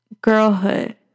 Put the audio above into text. Girlhood